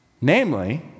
Namely